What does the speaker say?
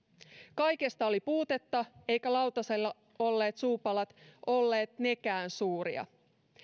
kaikesta oli puutetta eivätkä lautasella olleet suupalat olleet nekään suuria